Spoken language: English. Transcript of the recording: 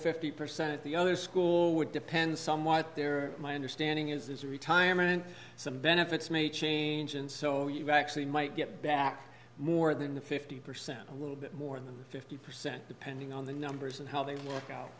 fifty percent at the other school would depend somewhat there my understanding is retirement some benefits may change and so you actually might get back more than the fifty percent a little bit more than fifty percent depending on the numbers and how they work out